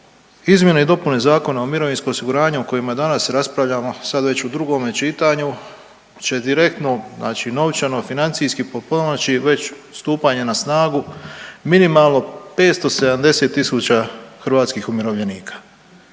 Izmjene i dopune Zakona o mirovinskom osiguranju o kojima danas raspravljamo sad već u drugome čitanju će direktno novčano i financijski potpomoći već stupanjem na snagu minimalno 570.000 hrvatskih umirovljenika